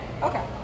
okay